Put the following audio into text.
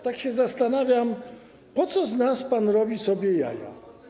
Tak się zastanawiam, po co z nas pan robi sobie jaja.